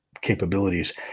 capabilities